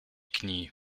knie